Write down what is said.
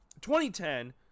2010